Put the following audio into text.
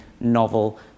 novel